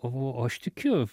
o aš tikiu